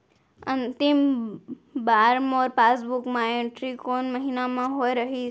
अंतिम बार मोर पासबुक मा एंट्री कोन महीना म होय रहिस?